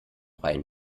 rein